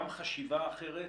גם חשיבה אחרת,